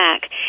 back